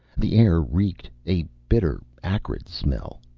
the air reeked, a bitter acrid smell.